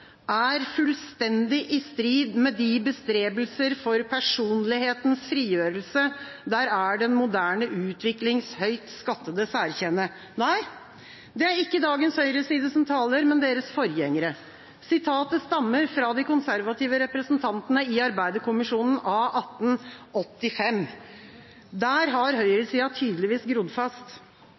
er «fullstændig i strid med de bestrebelser for personlighetens frigjørelse der er den moderne utviklings høyt skattede særkjenne.» Nei, dette er ikke dagens høyreside som taler, men deres forgjengere. Sitatet stammer fra de konservative representantene i Arbeiderkommisjonen av 1885. Der har høyresida tydeligvis grodd fast.